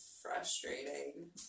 frustrating